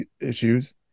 issues